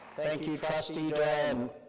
thank you trustee doran.